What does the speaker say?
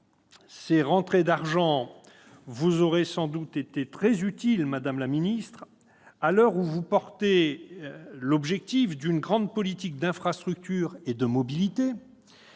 Ces rentrées d'argent vous auraient sans doute été très utiles, madame la ministre, à l'heure où vous défendez l'objectif d'une grande politique d'infrastructures et de mobilités.